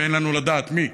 ואין לנו לדעת מי,